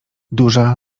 duża